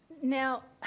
now, i